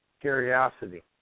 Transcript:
curiosity